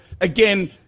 again